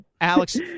Alex